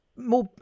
More